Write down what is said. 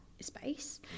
space